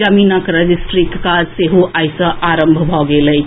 जमीनक रजिस्ट्री काज सेहो आइ सँ आरंभ भऽ गेल अछि